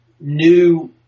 new